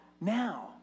now